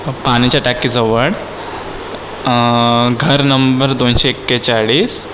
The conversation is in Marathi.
पाण्याच्या टाकीजवळ घर नंबर दोनशे एक्केचाळीस